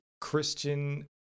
Christian